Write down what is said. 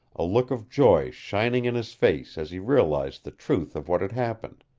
a look of joy shining in his face as he realized the truth of what had happened.